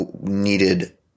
needed